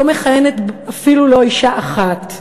לא מכהנת אפילו לא אישה אחת.